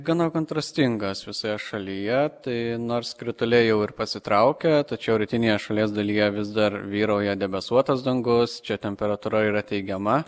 gana kontrastingas visoje šalyje tai nors krituliai jau ir pasitraukia tačiau rytinėje šalies dalyje vis dar vyrauja debesuotas dangus čia temperatūra yra teigiama